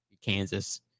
Kansas